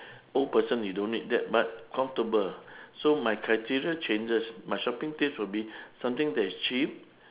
old person you don't need that but comfortable so my criteria changes my shopping taste would be something that is cheap